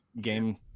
game